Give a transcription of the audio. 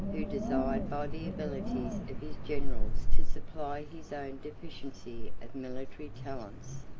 who desired by the abilities of his generals to supply his own deficiency of military talents,